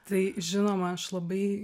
tai žinoma aš labai